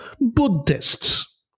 Buddhists